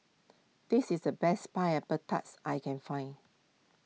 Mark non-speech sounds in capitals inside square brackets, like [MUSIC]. this is the best Pineapple [UNINTELLIGIBLE] that I can find